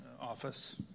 office